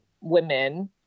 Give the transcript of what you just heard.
women